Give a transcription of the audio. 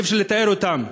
אי-אפשר לתאר אותם,